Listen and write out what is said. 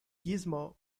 gizmo